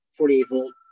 48-volt